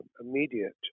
immediate